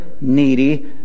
needy